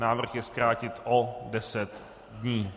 Návrh je zkrátit o 10 dní.